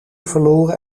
verloren